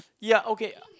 ya okay